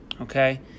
Okay